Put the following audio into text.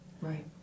Right